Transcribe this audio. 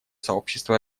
сообщества